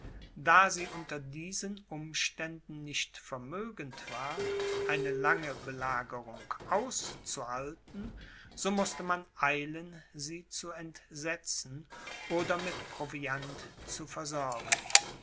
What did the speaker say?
da sie unter diesen umständen nicht vermögend war eine lange belagerung auszuhalten so mußte man eilen sie zu entsetzen oder mit proviant zu versorgen